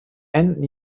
enden